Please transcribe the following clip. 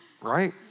Right